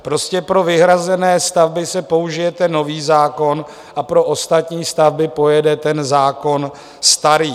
Prostě pro vyhrazené stavby se použije nový zákon a pro ostatní stavby pojede zákon starý.